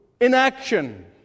inaction